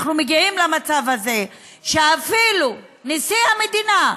אנחנו מגיעים למצב הזה שאפילו נשיא המדינה,